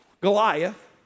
Goliath